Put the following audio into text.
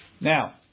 Now